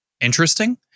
interesting